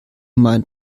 mein